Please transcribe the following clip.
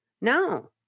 No